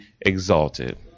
exalted